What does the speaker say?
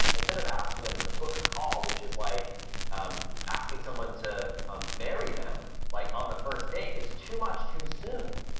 instead of asking them to book a call, which is like um asking someone to um marry them, like on the first date, it's too much too soon.